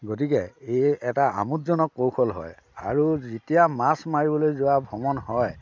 গতিকে এই এটা আমোদজনক কৌশল হয় আৰু যেতিয়া মাছ মাৰিবলৈ যোৱা ভ্ৰমণ হয়